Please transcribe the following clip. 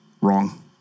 wrong